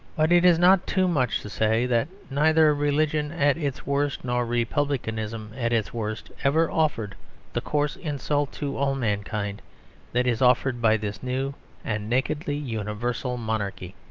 but it is not too much to say that neither religion at its worst nor republicanism at its worst ever offered the coarse insult to all mankind that is offered by this new and nakedly universal monarchy.